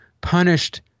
punished